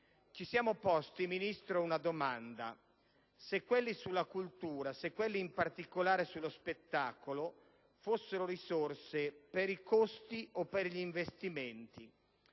Ci siamo posti, signor Ministro, una domanda: se quelle alla cultura, se quelle in particolare per lo spettacolo fossero risorse per i costi o per gli investimenti,